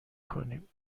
کنیم